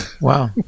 Wow